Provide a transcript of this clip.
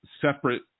separate